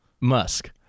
musk